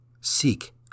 Seek